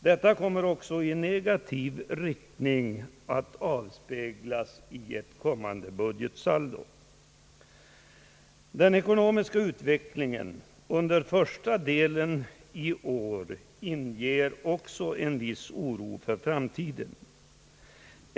Detta kommer också att i negativ riktning avspeglas i ett kommande budgetsaldo. Den ekonomiska utvecklingen under första delen i år inger också en viss oro för framtiden.